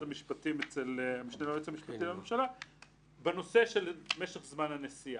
המשפטים אצל המשנה ליועץ המשפטי לממשלה בנושא משך זמן הנסיעה.